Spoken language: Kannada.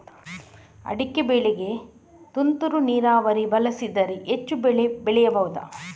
ಅಡಿಕೆ ಬೆಳೆಗೆ ತುಂತುರು ನೀರಾವರಿ ಬಳಸಿದರೆ ಹೆಚ್ಚು ಬೆಳೆ ಬೆಳೆಯಬಹುದಾ?